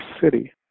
city